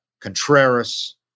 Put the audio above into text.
Contreras